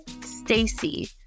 stacy